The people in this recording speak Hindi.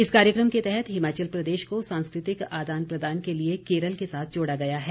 इस कार्यकम के तहत हिमाचल प्रदेश को सांस्कृतिक आदान प्रदान के लिए केरल के साथ जोड़ा गया है